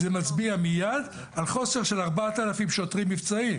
זה מצביע מייד על חוסר של 4,000 שוטרים מבצעיים.